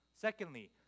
Secondly